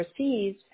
overseas